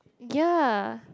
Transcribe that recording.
ya